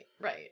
right